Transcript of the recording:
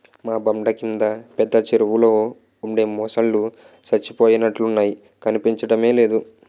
మా బండ కింద పెద్ద చెరువులో ఉండే మొసల్లు సచ్చిపోయినట్లున్నాయి కనిపించడమే లేదు